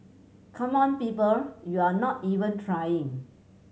come on people you're not even trying